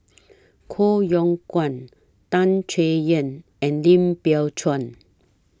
Koh Yong Guan Tan Chay Yan and Lim Biow Chuan